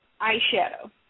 eyeshadow